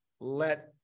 let